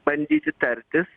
bandyti tartis